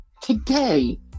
today